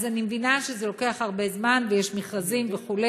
אני מבינה שזה לוקח הרבה זמן ויש מכרזים וכו',